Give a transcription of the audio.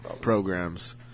programs